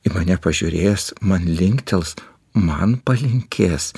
į mane pažiūrės man linktels man palinkės